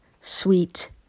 sweet